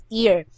year